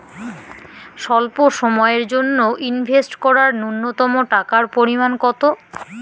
স্বল্প সময়ের জন্য ইনভেস্ট করার নূন্যতম টাকার পরিমাণ কত?